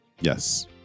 Yes